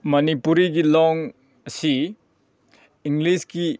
ꯃꯅꯤꯄꯨꯔꯤꯒꯤ ꯂꯣꯟ ꯑꯁꯤ ꯏꯪꯂꯤꯁꯀꯤ